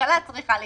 הממשלה צריכה לגבש.